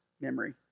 memory